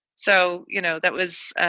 so, you know, that was